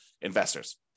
investors